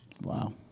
Wow